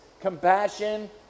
compassion